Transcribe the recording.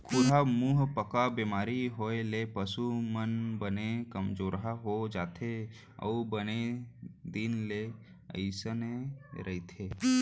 खुरहा मुहंपका बेमारी होए ले पसु मन बने कमजोरहा हो जाथें अउ बने दिन ले अइसने रथें